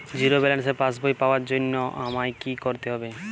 Zero ব্যালেন্সের পাসবই পাওয়ার জন্য আমায় কী করতে হবে?